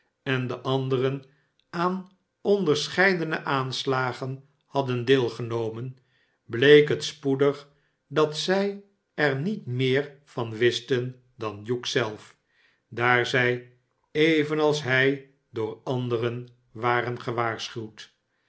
en de anderen aan onderscheidene aanslagen hadden deel genomen bleek het spoedig dat zij er niet meer van wisten dan hugh zelf daar zij evenals hij door anderen waren gewaarschuwd